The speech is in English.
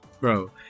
Bro